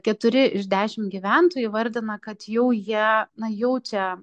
keturi iš dešim gyventojų įvardina kad jau jie na jaučia